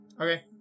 okay